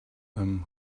them